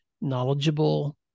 knowledgeable